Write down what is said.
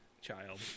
Child